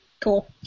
cool